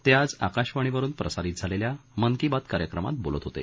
ते आज आकाशवाणी वरून प्रसारित झालेल्या मन की बात कार्यक्रमात बोलत होते